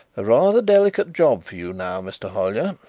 a rather delicate job for you now, mr. hollyer.